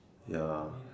ya